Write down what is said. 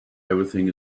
everything